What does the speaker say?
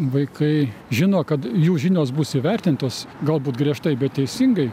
vaikai žino kad jų žinios bus įvertintos galbūt griežtai bet teisingai